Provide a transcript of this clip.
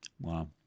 Wow